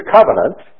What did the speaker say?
Covenant